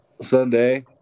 Sunday –